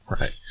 right